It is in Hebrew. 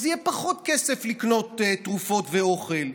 אז יהיה פחות כסף לקנות תרופות ואוכל,